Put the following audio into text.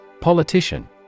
Politician